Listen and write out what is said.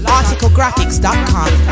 articlegraphics.com